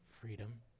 freedom